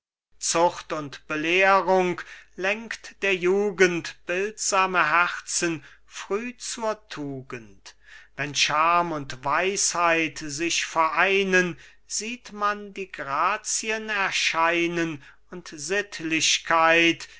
zucht und belehrung lenkt der jugend bildsame herzen früh zur tugend wenn scham und weisheit sich vereinen sieht man die grazien erscheinen und sittlichkeit